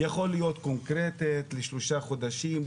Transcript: יכול להיות קונקרטית לשלושה חודשים,